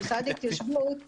למשרד ההתיישבות,